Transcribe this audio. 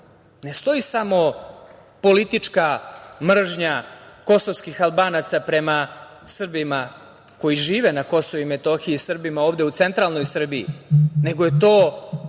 ne stoji samo politička mržnja kosovskih Albanaca prema Srbima koji žive na Kosovu i Metohiji i Srbima ovde u centralnoj Srbiji, nego je to